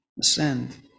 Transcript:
ascend